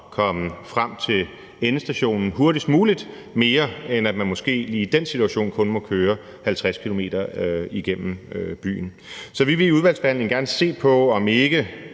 komme frem til endestationen hurtigst muligt, end om at man måske i den situation kun må køre 50 km/t. gennem byen. Så vi vil i udvalgsbehandlingen gerne se på, om ikke